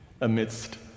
amidst